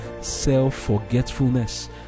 self-forgetfulness